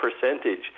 percentage